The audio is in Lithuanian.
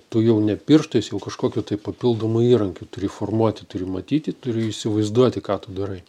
tu jau ne pirštais jau kažkokiu tai papildomu įrankiu turi formuoti turi matyti turiu įsivaizduoti ką tu darai